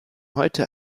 heute